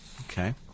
Okay